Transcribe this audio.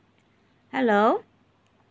hello